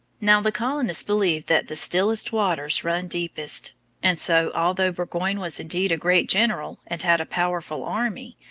now, the colonists believed that the stillest waters run deepest and so, although burgoyne was indeed a great general, and had a powerful army,